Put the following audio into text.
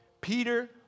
Peter